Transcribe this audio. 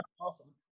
awesome